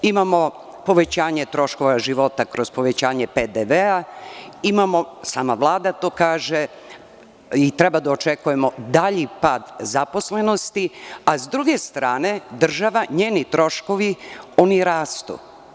Imamo povećanje troškova života kroz povećanje PDV, imamo, sama Vlada to kaže, i treba da očekujemo dalji pad zaposlenosti, a s druge strane država, njeni troškovi oni rastu.